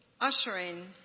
ushering